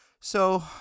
So